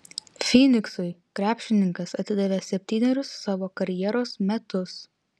fyniksui krepšininkas atidavė septynerius savo karjeros metus